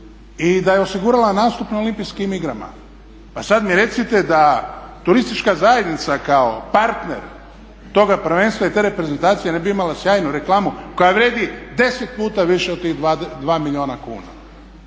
i da je osigurala nastup na Olimpijskim igrama. Pa sad mi recite da Turistička zajednica kao partner toga prvenstva i te reprezentacije ne bi imala sjajnu reklamu koja vrijedi 10 puta više od tih 2 milijuna kuna.